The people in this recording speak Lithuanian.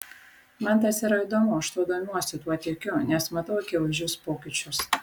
man tas yra įdomu aš tuo domiuosi tuo tikiu nes matau akivaizdžius pokyčius